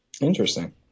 interesting